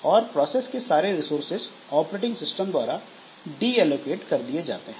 और प्रोसेस के सारे रिसोर्सेज ऑपरेटिंग सिस्टम द्वारा डीएलोकेट कर दिए जाते हैं